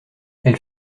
elle